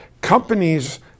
companies